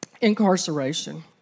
Incarceration